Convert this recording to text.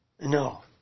No